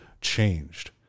changed